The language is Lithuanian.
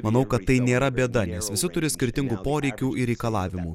manau kad tai nėra bėda nes visi turi skirtingų poreikių ir reikalavimų